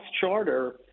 charter